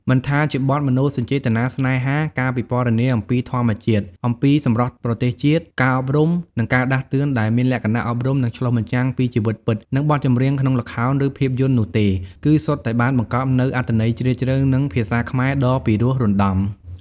មិនថាជាបទមនោសញ្ចេតនាស្នេហា ការពិពណ៌នាអំពីធម្មជាតិ អំពីសម្រស់ប្រទេសជាតិ ការអប់រំនិងការដាស់តឿនដែលមានលក្ខណៈអប់រំនិងឆ្លុះបញ្ចាំងពីជីវិតពិត និងបទចម្រៀងក្នុងល្ខោនឬភាពយន្តនោះទេ គឺសុទ្ធតែបានបង្កប់នូវអត្ថន័យជ្រាលជ្រៅ និងភាសាខ្មែរដ៏ពិរោះរណ្ដំ ។